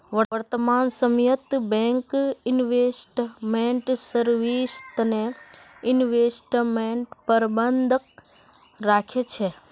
वर्तमान समयत bank investment service तने इन्वेस्टमेंट प्रबंधक राखे छे